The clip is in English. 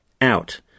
out